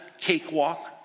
cakewalk